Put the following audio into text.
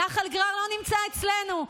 נחל גרר נמצא אצלנו,